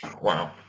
Wow